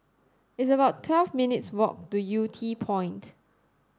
it's about twelve minutes' walk to Yew Tee Point